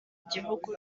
gihugu